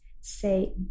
say